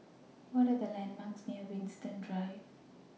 What Are The landmarks near Winstedt Drive